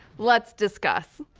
let's discuss.